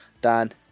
Dan